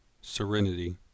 Serenity